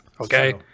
okay